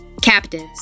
captives